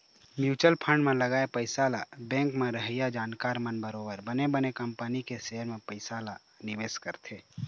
mutual fund म लगाए पइसा ल बेंक म रहइया जानकार मन बरोबर बने बने कंपनी के सेयर म पइसा ल निवेश करथे